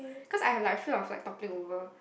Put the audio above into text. cause I have like fear of like toppling over